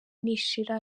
nishira